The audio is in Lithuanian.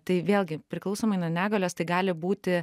tai vėlgi priklausomai nuo negalios tai gali būti